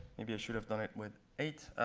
maybe i should have done it with eight